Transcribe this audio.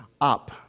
up